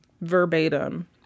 verbatim